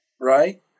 right